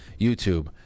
youtube